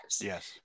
Yes